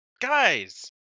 guys